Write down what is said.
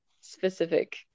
specific